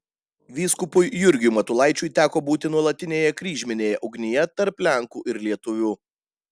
vyskupui jurgiui matulaičiui teko būti nuolatinėje kryžminėje ugnyje tarp lenkų ir lietuvių